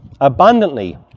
abundantly